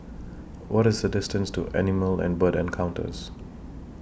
What IS The distance to Animal and Bird Encounters